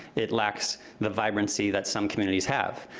it lacks the vibrancy that some communities have.